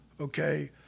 okay